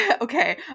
okay